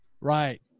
right